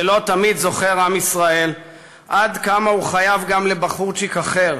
שלא תמיד זוכר עם ישראל עד כמה הוא חייב גם לבחורצ'יק אחר,